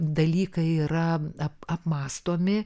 dalykai yra ap apmąstomi